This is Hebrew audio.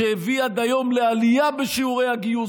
שהביא עד היום לעלייה בשיעורי הגיוס,